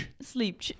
Sleep